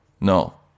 No